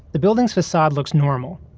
the building's facade looks normal.